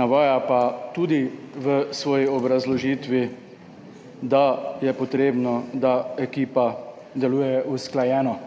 navaja pa tudi v svoji obrazložitvi, da je potrebno, da ekipa deluje usklajeno.